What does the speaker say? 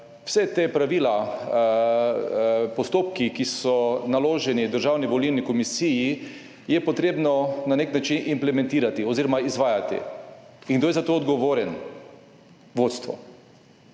vse te pravila, postopki, ki so naloženi Državni volilni komisiji je potrebno na nek način implementirati oziroma izvajati. In kdo je za to odgovoren? Vodstvo.